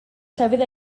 llefydd